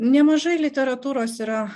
nemažai literatūros yra